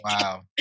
Wow